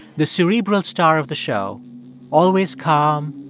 the cerebral star of the show always calm,